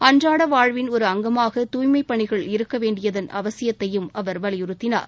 அன்றாட வாழ்வில் ஒரு அம்சமாக தூய்மைப் பணிகள் இருக்க வேண்டியதன் அவசியத்தையும் அவர் வலியுறுத்தினார்